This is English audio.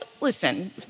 Listen